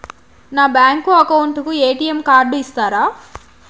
నా bank account కు ATM card ఇస్తారా